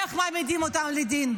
איך מעמידים אותם לדין?